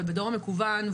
בדור המקוון,